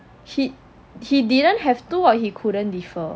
he he didn't have to or he couldn't defer